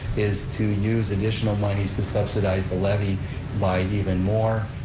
is to use additional moneys to subsidize the levy by even more.